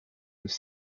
with